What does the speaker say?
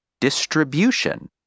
distribution